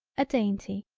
a dainty,